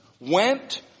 went